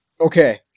Okay